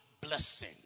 Blessing